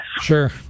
Sure